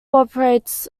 operates